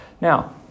Now